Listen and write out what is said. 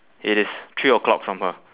it is three O clock from her